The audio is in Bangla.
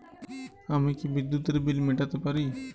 আমি কি বিদ্যুতের বিল মেটাতে পারি?